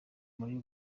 muri